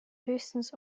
höchstens